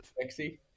sexy